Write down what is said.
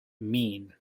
mean